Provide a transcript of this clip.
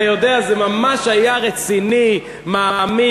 אתה יודע, זה ממש היה רציני, מעמיק.